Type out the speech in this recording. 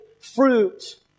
fruit